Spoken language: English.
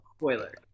spoiler